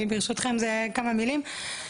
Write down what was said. ברשותכם, כמה מילים.